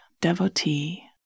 devotee